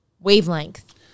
wavelength